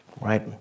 right